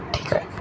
ठीक आहे